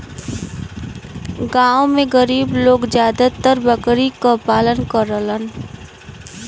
गांव में गरीब लोग जादातर बकरी क पालन करलन